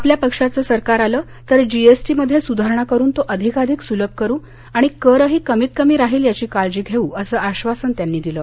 आपल्या पक्षाचं सरकार आलं तर जीएसटीमध्ये सुधारणा करून तो अधिकाधिक सुलभ करू आणि करही कमितकमी राहिल याची काळजी घेऊ असं आश्वासन त्यांनी दिलं